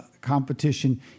competition